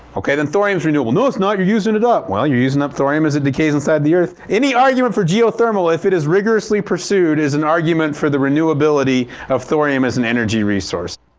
ok, then thorium's renewable. no it's not you're using it up! well, you're using up thorium as it decays inside the earth. any argument for geothermal, if it is rigorously pursued, is an argument for the renewability of thorium as an energy resource.